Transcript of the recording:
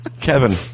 Kevin